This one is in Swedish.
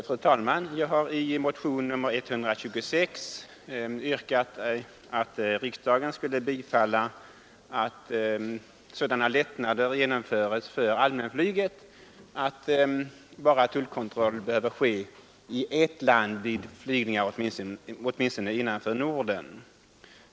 Fru talman! Jag har i motionen 126 yrkat att riksdagen skulle besluta att sådana lättnader genomförs för allmänflyget att tullkontroll behöver ske i bara ett land vid flygning åtminstone inom Norden.